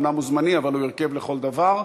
אומנם הוא זמני, אבל הוא הרכב לכל דבר,